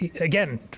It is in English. again